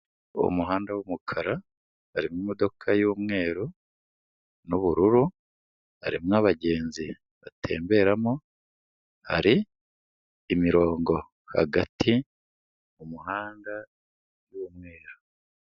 Umuhanda w'umukara, harimo imodoka y'umweru n'ubururu, harimo abagenzi batemberamo, hari imirongo hagati mu muhanda w'umweru.